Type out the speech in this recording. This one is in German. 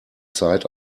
zeit